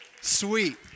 Sweet